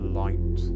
light